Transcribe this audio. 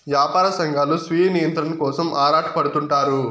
యాపార సంఘాలు స్వీయ నియంత్రణ కోసం ఆరాటపడుతుంటారు